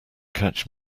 catch